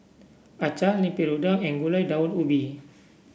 Acar Lemper Udang and Gulai Daun Ubi